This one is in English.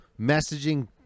messaging